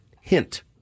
hint